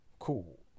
cool